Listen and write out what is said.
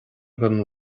don